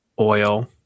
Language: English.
oil